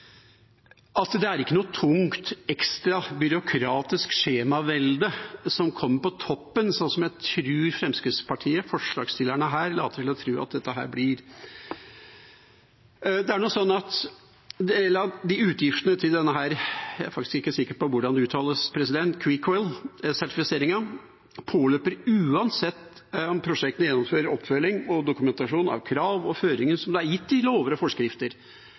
SV, at det ikke er noe tungt, ekstra byråkratisk skjemavelde som kommer på toppen, som jeg tror Fremskrittspartiet, forslagsstillerne her, later til å tro at det blir. Det er nå sånn at utgiftene til denne CEEQUAL-sertifiseringen påløper uansett om det i prosjektene gjennomføres oppfølging og dokumentasjon av krav og føringer som er gitt i lover og forskrifter.